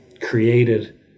created